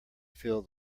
fill